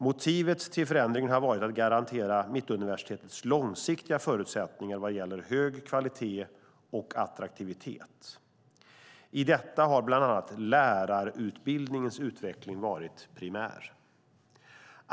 Motivet till förändringen har varit att garantera Mittuniversitetets långsiktiga förutsättningar vad gäller hög kvalitet och attraktivitet. I detta har bland annat lärarutbildningens utveckling varit primär.